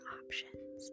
options